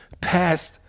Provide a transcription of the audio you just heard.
past